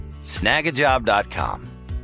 snagajob.com